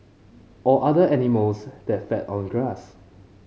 or other animals that feed on grass